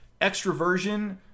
Extroversion